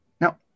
now